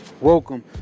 Welcome